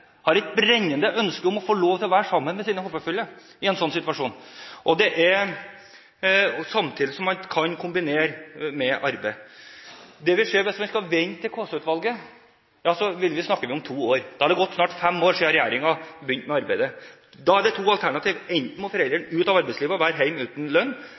har et brennende ønske om å få lov til å være sammen med sine håpefulle i en sånn situasjon, samtidig som man kan kombinere det med arbeid. Hvis vi skal vente på Kaasa-utvalget, snakker vi om to år. Da er det gått snart fem år siden regjeringen begynte med arbeidet. Da er det to alternativer: Enten må foreldrene ut av arbeidslivet og være hjemme uten lønn,